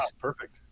perfect